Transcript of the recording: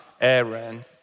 Aaron